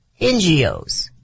NGOs